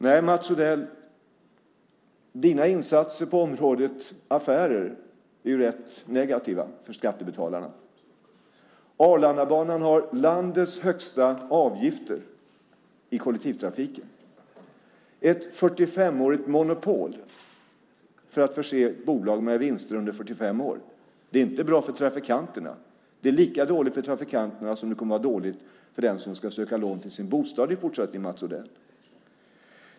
Nej, Mats Odell, dina insatser på området affärer är rätt negativa för skattebetalarna. Arlandabanan har landets högsta avgifter vad gäller kollektivtrafiken. Den har monopol på att förse bolaget med vinster under 45 år. Det är inte bra för trafikanterna. Lika dåligt som det är för trafikanterna kommer det att bli för den som i fortsättningen ska söka lån till sin bostad.